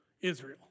Israel